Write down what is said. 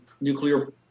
nuclear